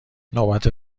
نوبت